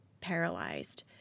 paralyzed